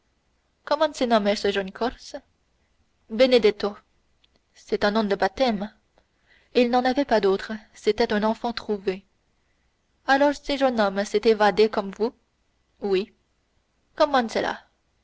nommait ce jeune corse benedetto c'est un nom de baptême il n'en avait pas d'autre c'était un enfant trouvé alors ce jeune homme s'est évadé avec vous oui comment cela